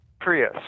Prius